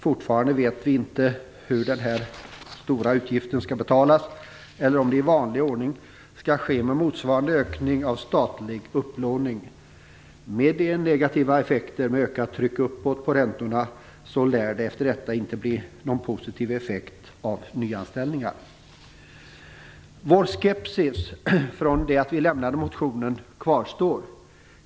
Fortfarande vet vi inte hur den här stora utgiften skall betalas eller om det i vanlig ordning skall ske med motsvarande ökning av statlig upplåning. Med de negativa effekter som ett ökat tryck uppåt på räntorna innebär, lär det efter detta inte bli någon positiv effekt av nyanställningarna. Vår skepsis från det att vi lämnade motionen kvarstår.